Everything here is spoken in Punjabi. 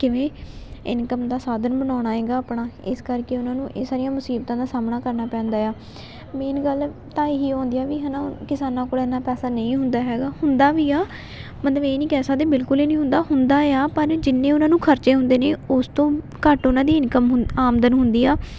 ਕਿਵੇਂ ਇਨਕਮ ਦਾ ਸਾਧਨ ਬਣਾਉਣਾ ਹੈਗਾ ਆਪਣਾ ਇਸ ਕਰਕੇ ਉਹਨਾਂ ਨੂੰ ਇਹ ਸਾਰੀਆਂ ਮੁਸੀਬਤਾਂ ਦਾ ਸਾਹਮਣਾ ਕਰਨਾ ਪੈਂਦਾ ਆ ਮੇਨ ਗੱਲ ਤਾਂ ਇਹੀ ਆਉਂਦੀ ਆ ਵੀ ਹੈ ਨਾ ਕਿਸਾਨਾਂ ਕੋਲ ਐਨਾ ਪੈਸਾ ਨਹੀਂ ਹੁੰਦਾ ਹੈਗਾ ਹੁੰਦਾ ਵੀ ਆ ਮਤਲਬ ਇਹ ਨਹੀਂ ਕਹਿ ਸਕਦੇ ਬਿਲਕੁਲ ਏ ਨਹੀਂ ਹੁੰਦਾ ਹੁੰਦਾ ਆ ਪਰ ਜਿੰਨੇ ਉਹਨਾਂ ਨੂੰ ਖਰਚੇ ਹੁੰਦੇ ਨੇ ਉਸ ਤੋਂ ਘੱਟ ਉਹਨਾਂ ਦੀ ਇਨਕਮ ਹੁੰ ਆਮਦਨ ਹੁੰਦੀ ਆ